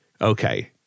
Okay